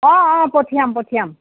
অঁ অঁ পঠিয়াম পঠিয়াম